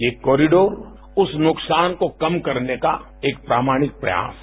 ये कॉरिडोर उस नुकसान को कम करने का एक प्रामाणिक प्रयास है